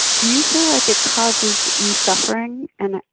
do you feel like it causes you suffering? and,